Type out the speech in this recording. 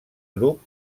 grup